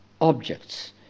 objects